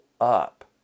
up